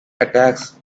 attacks